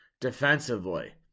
defensively